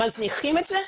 מזניחים את זה.